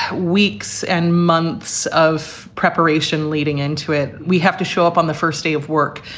weeks and months of preparation leading into it. we have to show up on the first day of work,